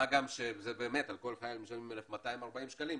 מה גם שבאמת על כל חייל משלמים 1,240 שקלים,